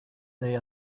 dig